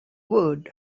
word